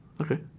Okay